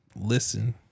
Listen